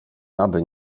aby